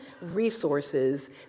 resources